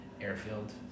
airfield